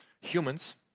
humans